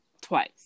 twice